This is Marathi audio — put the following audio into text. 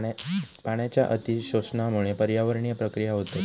पाण्याच्या अती शोषणामुळा पर्यावरणीय प्रक्रिया होतत